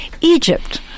Egypt